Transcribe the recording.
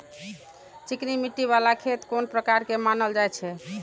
चिकनी मिट्टी बाला खेत कोन प्रकार के मानल जाय छै?